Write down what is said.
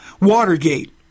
Watergate